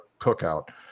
cookout